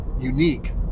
unique